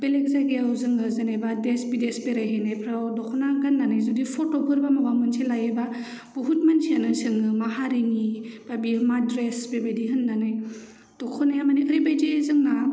बेलेग जायगायाव जों जेनेबा देस बिदेस बेराय हैनायफ्राव दखना गाननानै जुदि फथ'फोरबा माबा मोनसे लायोबा बुहुत मानसियानो सोङो मा हारिनि बा बेयो मा द्रेस बेबादि होननानै दखनाया माने ओरैबादि जोंना